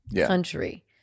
country